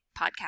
podcast